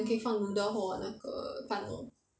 then 可以放 noodle 或那个蛋 lor